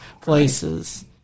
places